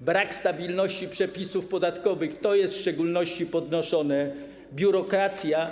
brak stabilności przepisów podatkowych, to jest w szczególności podnoszone, biurokracja.